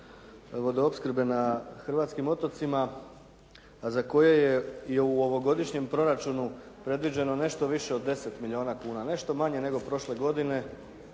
vodoopskrbe na hrvatskim otocima a za koje je i u ovogodišnjem proračunu predviđeno nešto više od 10 milijuna kuna, nešto manje nego prošle godine